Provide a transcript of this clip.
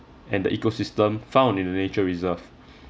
and the ecosystem found in a nature reserve